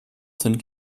sind